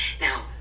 now